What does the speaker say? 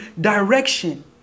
direction